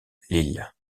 lille